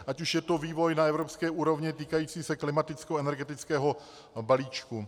Ať už je to vývoj na evropské úrovni týkající se klimatickoenergetického balíčku.